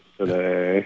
today